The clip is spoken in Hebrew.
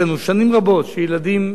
שילדים מתביישים,